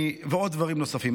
ודברים נוספים.